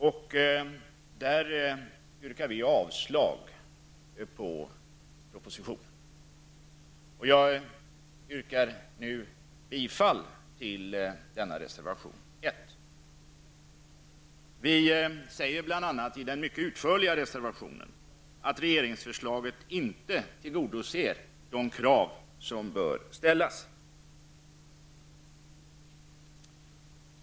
Vi yrkar där avslag på propositionen. Jag yrkar bifall till reservation 1. Vi säger bl.a. i den utförliga reservationen att regeringsförslaget inte tillgodoser de krav som bör ställas.